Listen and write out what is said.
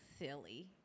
silly